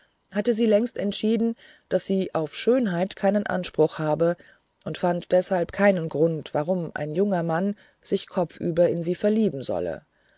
hatte sie längst entschieden daß sie auf schönheit keinen anspruch habe und fand deshalb keinen grund warum ein junger mann sich kopfüber in sie verlieben solle